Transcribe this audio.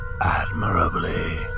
admirably